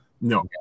No